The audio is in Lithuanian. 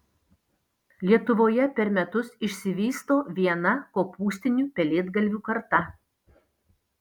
lietuvoje per metus išsivysto viena kopūstinių pelėdgalvių karta